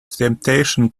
temptation